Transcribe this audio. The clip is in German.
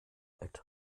alt